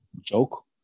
joke